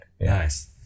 Nice